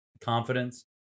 confidence